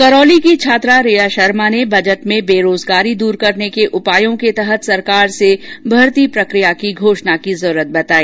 करौली की छात्रा रिया शर्मा ने बजट में बेरोजगारी दूर करने के उपायों के तहत सरकार से भर्ती प्रक्रिया की घोषणा की जरूरत बताई